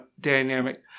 dynamic